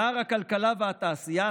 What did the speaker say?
שר הכלכלה והתעשייה,